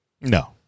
no